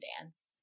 dance